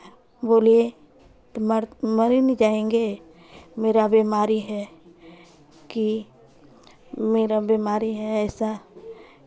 बोलिये तो मर मर ही ना जाएंगे मेरा बीमारी है कि मेरा बीमारी है ऐसा